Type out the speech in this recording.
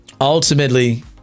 Ultimately